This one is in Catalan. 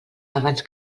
abans